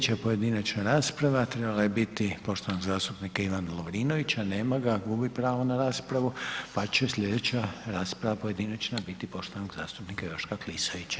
Sljedeća pojedinačna rasprava trebala je biti poštovanog zastupnika Ivana Lovrinovića, nema ga, gubi pravo na raspravu pa će sljedeća rasprava pojedinačna biti poštovanog zastupnika Joška Klisovića.